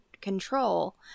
control